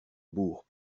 bourre